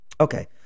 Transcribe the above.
Okay